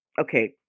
Okay